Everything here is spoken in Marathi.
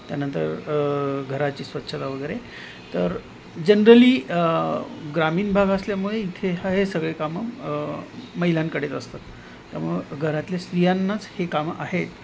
त्यानंतर घराची स्वच्छता वगैरे तर जनरली ग्रामीण भाग असल्यामुळे इथे हा हे सगळे कामं महिलांकडेच असतात त्यामुळं घरातले स्त्रियांनाच हे कामं आहेत